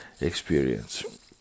experience